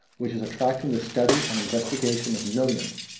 which is attracting the study and investigation of millions,